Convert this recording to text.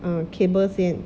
err cable 先